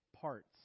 parts